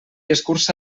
escurça